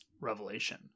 revelation